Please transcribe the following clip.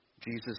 Jesus